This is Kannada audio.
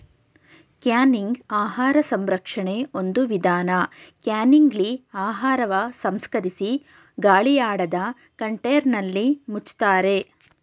ಕ್ಯಾನಿಂಗ್ ಆಹಾರ ಸಂರಕ್ಷಣೆ ಒಂದು ವಿಧಾನ ಕ್ಯಾನಿಂಗ್ಲಿ ಆಹಾರವ ಸಂಸ್ಕರಿಸಿ ಗಾಳಿಯಾಡದ ಕಂಟೇನರ್ನಲ್ಲಿ ಮುಚ್ತಾರೆ